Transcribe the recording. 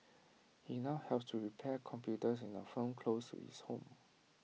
he now helps to repair computers in A firm close to his home